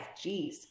Jeez